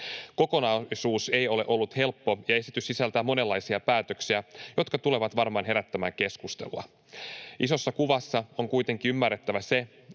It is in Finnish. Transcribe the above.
Kokonaisuus ei ole ollut helppo, ja esitys sisältää monenlaisia päätöksiä, jotka tulevat varmaan herättämään keskustelua. Isossa kuvassa on kuitenkin ymmärrettävä se,